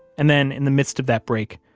and then, in the midst of that break,